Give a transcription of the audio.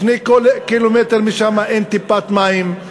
2 קילומטר משם, אין טיפת מים.